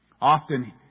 Often